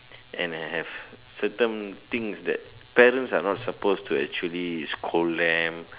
and have certain things that parents are not supposed to actually scold them